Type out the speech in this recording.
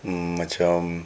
macam